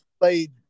played